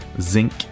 zinc